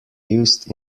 used